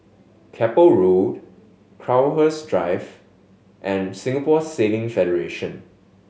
Keppel Road Crowhurst Drive and Singapore Sailing Federation